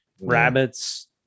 rabbits